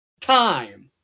Time